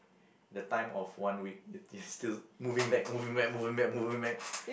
the time of one week you still moving back moving back moving back moving back